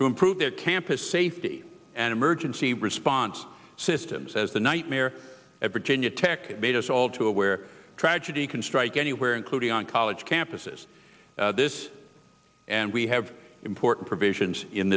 to improve their campus safety and emergency response systems as the nightmare ever to new tech made us all too aware tragedy can strike anywhere including on college campuses this and we have important provisions in